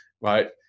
right